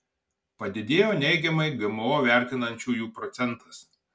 padidėjo neigiamai gmo vertinančiųjų procentas